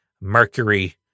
Mercury